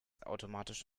automatisch